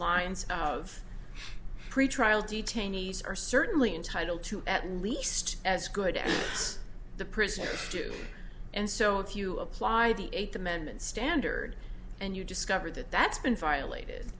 lines of pretrial detainees are certainly entitled to at least as good as the prisoner and so if you apply the eighth amendment standard and you discover that that's been violated